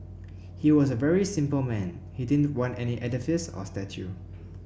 he was a very simple man he didn't want any edifice or statue